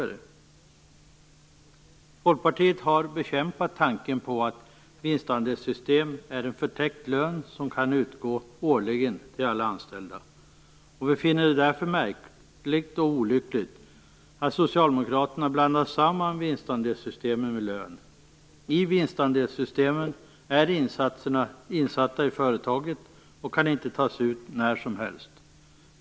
Vi i Folkpartiet har bekämpat tanken på att vinstandelssystemen handlar om en förtäckt lön som kan utgå årligen till alla anställda. Vi finner det därför både märkligt och olyckligt att Socialdemokraterna blandar ihop vinstandelssystemen med lön. I vinstandelssystemen är insatserna insatta i företaget. De medlen kan inte tas ut när som helst.